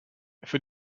für